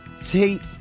See